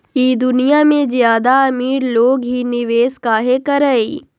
ई दुनिया में ज्यादा अमीर लोग ही निवेस काहे करई?